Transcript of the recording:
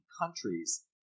countries